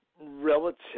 relative